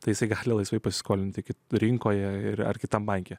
tai jisai gali laisvai pasiskolinti rinkoje ir ar kitam banke